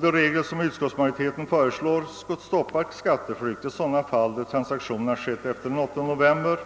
De regler som utskottsmajoriteten föreslår stoppar skatteflykt i sådana fall då transaktionerna skett efter den 8 november,